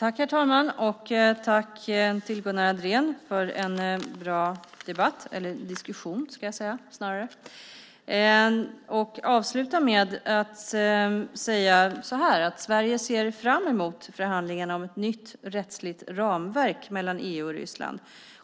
Herr talman! Tack, Gunnar Andrén, för en bra diskussion! Jag vill avsluta med att säga att Sverige ser fram emot förhandlingarna om ett nytt rättsligt ramverk mellan EU och Ryssland.